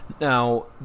Now